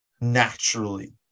naturally